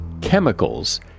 chemicals